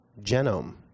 genome